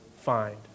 find